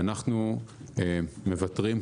אנחנו מוותרים,